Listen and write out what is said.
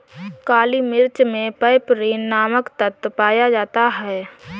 काली मिर्च मे पैपरीन नामक तत्व पाया जाता है